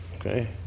Okay